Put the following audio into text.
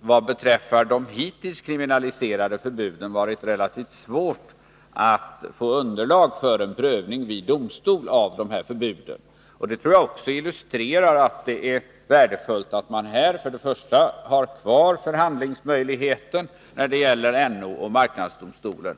vad beträffar de hittills kriminaliserade förbuden har varit relativt svårt att få fram ett underlag för en prövning vid domstol av förbud av det här slaget. Det illustrerar också att det är värdefullt att man har kvar förhandlingsmöjligheten när det gäller NO och marknadsdomstolen.